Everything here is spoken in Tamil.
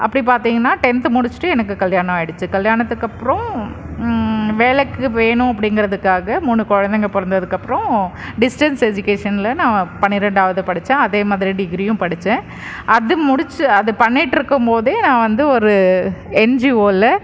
அப்படி பார்த்திங்கன்னா டென்த் முடித்திட்டு எனக்கு கல்யாணம் ஆகிடுச்சு கல்யாணத்துக்கப்றோம் வேலைக்கு வேணும் அப்படிங்குறத்துக்காக மூணு குழந்தைங்க பொறந்ததுக்கப்றம் டிஸ்டன்ஸ் எஜுகேஷனில் நான் பனிரெண்டாவது படித்தேன் அதேமாதிரி டிகிரியும் படித்தேன் அது முடித்து அது பண்ணிட்டிருக்கும்போதே நான் வந்து ஒரு என்ஜிஓவில்